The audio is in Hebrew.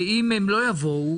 ואם הם לא יבואו,